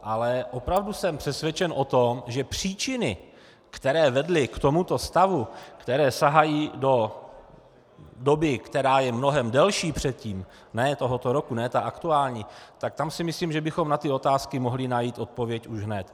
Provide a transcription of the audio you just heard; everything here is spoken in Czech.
Ale opravdu jsem přesvědčen o tom, že příčiny, které vedly k tomuto stavu, které sahají do doby, která je mnohem déle předtím, ne tohoto roku, ne ta aktuální, tak tam si myslím, že bychom na ty otázky mohli najít odpověď už hned.